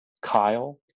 Kyle